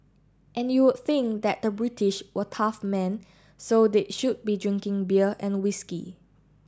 and you would think that the British were tough men so they should be drinking beer and whisky